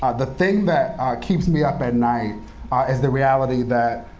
ah the thing that keeps me up at night is the reality that